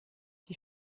die